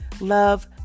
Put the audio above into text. love